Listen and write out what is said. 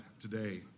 today